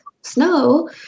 snow